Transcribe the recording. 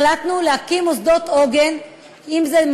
החלטנו להקים מוסדות עוגן אזוריים,